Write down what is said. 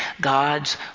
God's